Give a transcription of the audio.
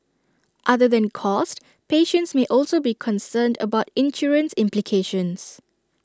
other than cost patients may also be concerned about insurance implications